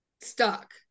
stuck